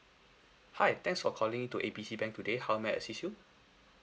hi thanks for calling to A B C bank today how may I assist you